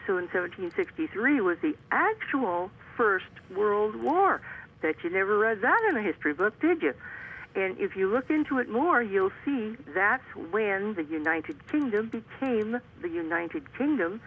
hundred sixty three was the actual first world war that you never read that in the history book did you if you look into it more you'll see that when the united kingdom became the united kingdom